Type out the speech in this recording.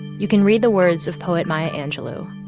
you can read the words of poet maya angelou.